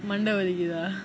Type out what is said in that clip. மண்டை வலிகிதா:mandai valikithaa